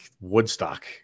Woodstock